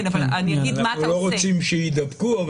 אנחנו לא רוצים שיידבקו,